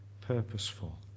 purposeful